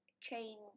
change